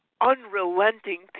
unrelenting